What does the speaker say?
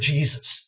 Jesus